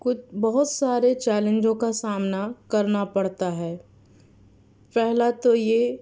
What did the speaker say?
کچھ بہت سارے چیلنجوں کا سامنا کرنا پڑتا ہے پہلا تو یہ